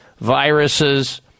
viruses